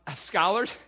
Scholars